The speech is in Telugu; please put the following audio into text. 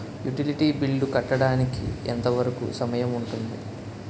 యుటిలిటీ బిల్లు కట్టడానికి ఎంత వరుకు సమయం ఉంటుంది?